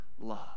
love